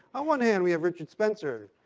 on one hand, we have richard spencer,